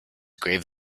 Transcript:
grave